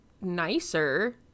nicer